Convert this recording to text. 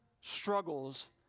struggles